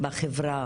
בחברה,